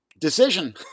decision